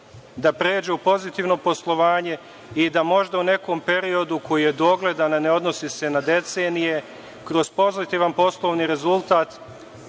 da pređe u pozitivno poslovanje i da možda u nekom periodu koji je dogledan, a ne odnosi se na decenije, kroz pozitivan poslovni rezultat